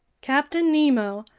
captain nemo,